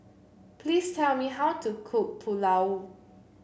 please tell me how to cook Pulao